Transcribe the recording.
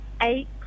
Eight